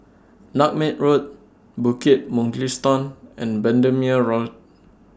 Nutmeg Road Bukit Mugliston and Bendemeer Road